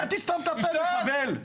אתה תסתום את הפה, מחבל.